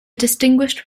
distinguished